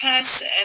person